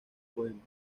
poemas